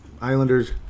Islanders